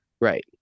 right